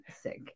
sick